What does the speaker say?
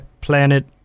planet